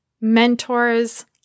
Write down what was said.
mentors